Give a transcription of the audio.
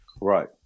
Right